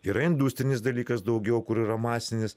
yra industrinis dalykas daugiau kur yra masinis